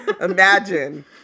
imagine